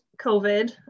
COVID